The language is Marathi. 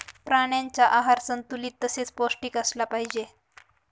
प्राण्यांचा आहार संतुलित तसेच पौष्टिक असला पाहिजे